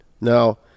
Now